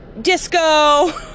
disco